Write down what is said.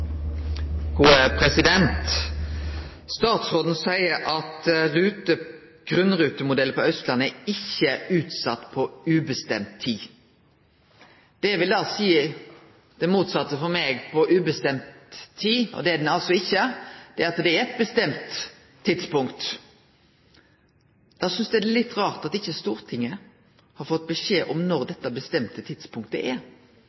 utsett på ubestemt tid. Det vil då for meg seie det motsette av på ubestemt tid – for det er han altså ikkje – og det er at det er eit bestemt tidspunkt. Då synest eg det er litt rart at ikkje Stortinget har fått beskjed om når dette bestemte tidspunktet er.